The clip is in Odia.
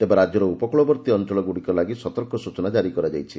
ତେବେ ରାକ୍ୟର ଉପକୂଳବର୍ତ୍ତୀ ଅଞ୍ଚଳଗୁଡ଼ିକ ଲାଗି ସତର୍କ ସୂଚନା ଜାରି କରାଯାଇଛି